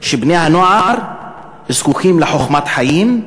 שבני-הנוער זקוקים לחוכמת חיים,